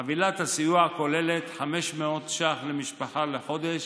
חבילת הסיוע כוללת 500 ש"ח למשפחה לחודש